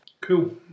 Cool